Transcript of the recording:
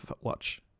watch